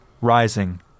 rising